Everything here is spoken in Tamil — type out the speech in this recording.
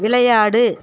விளையாடு